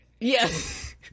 Yes